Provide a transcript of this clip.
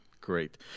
Great